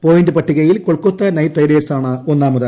point പട്ടികയിൽ Kolkata knight റൈഡേഴ്സാണ് ഒന്നാമത്